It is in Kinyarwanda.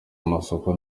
amasoko